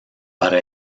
para